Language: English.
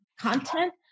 content